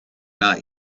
not